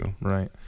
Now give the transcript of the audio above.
right